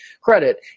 credit